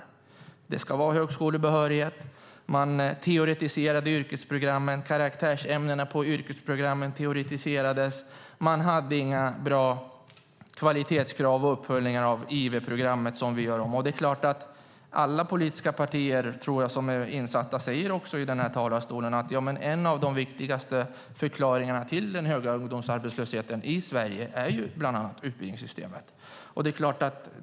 Det skulle vara högskolebehörighet, man teoretiserade yrkesprogrammen, karaktärsämnena på yrkesprogrammen teoretiserades, och man hade inga bra kvalitetskrav och uppföljningar i fråga om IV-programmet, som vi gör om. Företrädare för alla politiska partier som är insatta säger också i denna talarstol att en av de viktigaste förklaringarna till den höga ungdomsarbetslösheten är just utbildningssystemet.